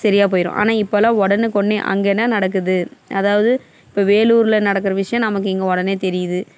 சரியா போயிடும் ஆனால் இப்போலா உடனுக்கொன்னே அங்கே என்ன நடக்குது அதாவது இப்போ வேலூரில் நடக்கிற விஷயம் நமக்கு இங்கே உடனே தெரியுது